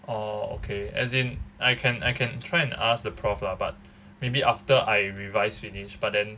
orh okay as in I can I can try and ask the prof lah but maybe after I revise finish but then